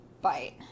bite